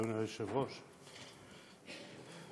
אדוני היושב-ראש,